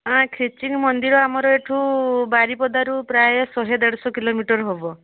ଖିଚିଙ୍ଗ ମନ୍ଦିର ଆମର ଏଇଠୁ ବାରିପଦାରୁ ପ୍ରାୟ ଶହେ ଦେଢ଼ ଶହ କିଲୋମିଟର ହେବ